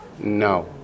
No